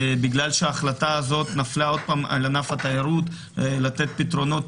בגלל שההחלטה הזאת נפלה עוד פעם על ענף התיירות לתת פתרונות,